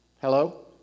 Hello